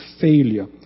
failure